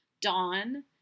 Dawn